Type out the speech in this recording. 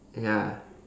ya